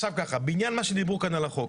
בעניין מה שדיברו כאן על החוק.